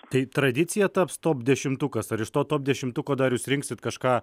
tai tradicija taps top dešimtukas ar iš to top dešimtuko dar jūs rinksit kažką